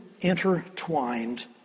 intertwined